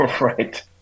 Right